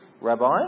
Rabbi